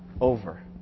over